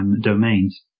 domains